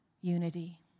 unity